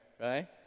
right